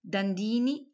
Dandini